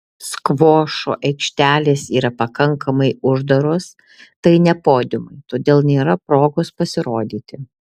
skvošo aikštelės yra pakankamai uždaros tai ne podiumai todėl nėra progos pasirodyti